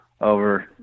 over